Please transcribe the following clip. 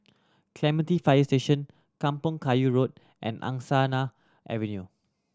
Clementi Fire Station Kampong Kayu Road and Angsana Avenue